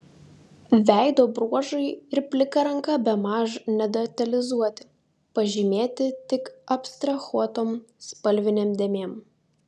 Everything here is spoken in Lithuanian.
veido bruožai ir plika ranka bemaž nedetalizuoti pažymėti tik abstrahuotom spalvinėm dėmėm